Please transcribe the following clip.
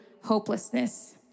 hopelessness